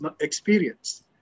experience